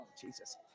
Jesus